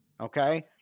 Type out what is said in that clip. okay